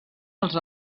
els